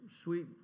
sweet